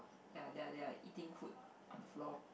ya they are they are eating food on the floor